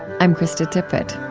i'm krista tippett